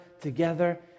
together